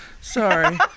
Sorry